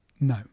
No